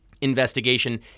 investigation